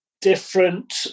different